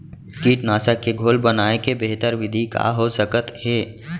कीटनाशक के घोल बनाए के बेहतर विधि का हो सकत हे?